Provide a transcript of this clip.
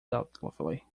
doubtfully